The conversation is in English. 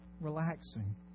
relaxing